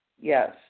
Yes